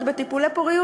את בטיפולי פוריות,